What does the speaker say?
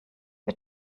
wir